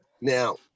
Now